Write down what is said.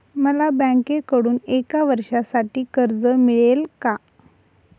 मला बँकेकडून एका वर्षासाठी कर्ज मिळेल का?